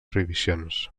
prohibicions